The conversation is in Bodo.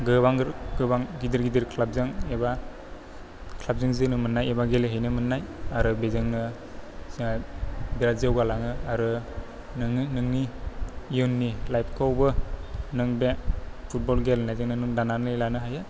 गोबां गिदिर गिदिर क्लाबजों एबा क्लाबजों जोनो मोन्नाय एबा गेलेहैनो मोन्नाय आरो बेजोंनो जोंहा बिरात जौगालाङो आरो नोङो नोंनि इयुनि लाइफखौबो नों बे फुटबल गेलेनायजोंनो नों दानानै लानो हायो